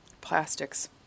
plastics